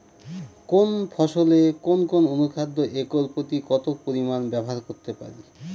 কোন ফসলে কোন কোন অনুখাদ্য একর প্রতি কত পরিমান ব্যবহার করতে পারি?